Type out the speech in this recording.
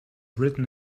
written